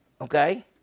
Okay